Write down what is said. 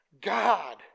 God